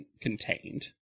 contained